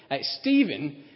Stephen